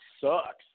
sucks